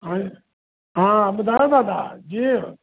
हा ॿुधायो दादा जी